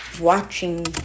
watching